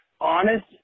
honest